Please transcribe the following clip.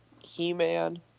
He-Man